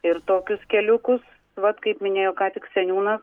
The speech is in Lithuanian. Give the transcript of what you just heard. ir tokius keliukus vat kaip minėjo ką tik seniūnas